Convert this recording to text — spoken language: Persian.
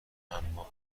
اما